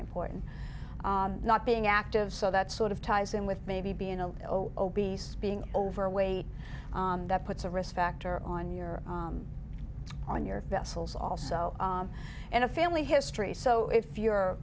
important not being active so that sort of ties in with maybe being obese being overweight that puts a risk factor on your on your vessels also and a family history so if your